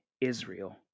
Israel